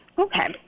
Okay